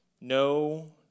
No